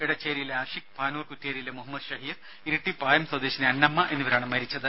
ഇടച്ചേരിയിലെ ആഷിഖ് പാനൂർ കുറ്റേരിയിലെ മുഹമ്മദ് ഷഹീർ ഇരിട്ടി പായം സ്വദേശിനി അന്നമ്മ എന്നിവരാണ് മരിച്ചത്